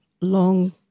long